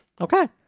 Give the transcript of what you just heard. Okay